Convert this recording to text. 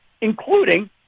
Including